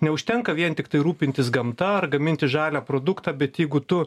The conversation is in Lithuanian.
neužtenka vien tiktai rūpintis gamta ar gaminti žalią produktą bet jeigu tu